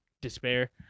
despair